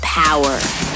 power